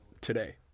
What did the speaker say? today